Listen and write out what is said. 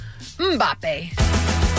Mbappe